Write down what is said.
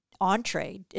entree